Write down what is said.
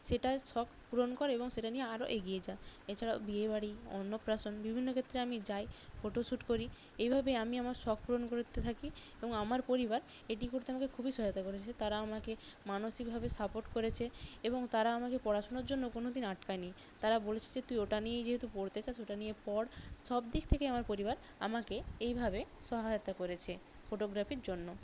সেটার শখ পূরণ কর এবং সেটা নিয়ে আরো এগিয়ে যা এছাড়া বিয়েবাড়ি অন্নপ্রাশন বিভিন্ন ক্ষেত্রে আমি যাই ফটোশ্যুট করি এইভাবে আমি আমার শখ পূরণ করতে থাকি এবং আমার পরিবার এটি করতে আমাকে খুবই সহায়তা করেছে তারা আমাকে মানষিকভাবে সাপোর্ট করেছে এবং তারা আমাকে পড়াশোনার জন্য কোনো দিন আটকায় নি তারা বলেছে যে তুই ওটা নিয়েই যেহেতু পড়তে চাস ওটা নিয়ে পড় সব দিক থেকেই আমার পরিবার আমাকে এইভাবে সহায়তা করেছে ফটোগ্রাফির জন্য